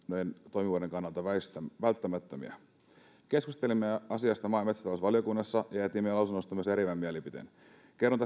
toimivuuden kannalta välttämättömiä keskustelimme asiasta maa ja metsätalousvaliokunnassa ja jätimme lausunnosta myös eriävän mielipiteen kerron